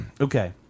okay